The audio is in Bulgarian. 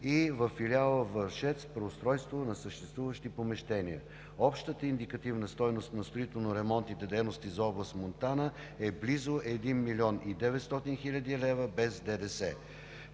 и във филиала във Вършец – преустройство на съществуващи помещения. Общата индикативна стойност на строително-ремонтните дейности за област Монтана е близо 1 млн. 900 хил. лв. без ДДС.